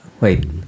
wait